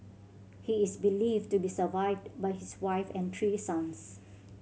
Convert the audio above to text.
he is believed to be survived by his wife and three sons